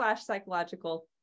psychological